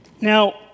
Now